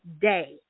day